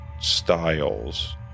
styles